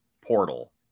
Portal